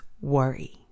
worry